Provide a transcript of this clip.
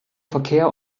verkehr